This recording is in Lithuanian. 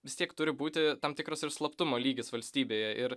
vis tiek turi būti tam tikras ir slaptumo lygis valstybėje ir